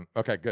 um okay,